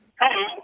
Hello